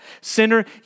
Sinner